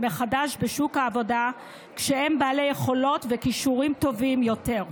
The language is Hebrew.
מחדש בשוק העבודה כשהם בעלי יכולות וכישורים טובים יותר.